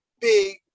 big